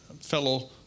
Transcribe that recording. fellow